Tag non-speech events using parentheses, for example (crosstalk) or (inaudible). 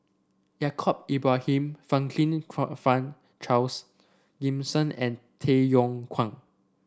Yaacob Ibrahim Franklin (unintelligible) Charles Gimson and Tay Yong Kwang